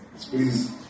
Please